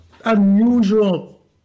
unusual